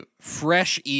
fresh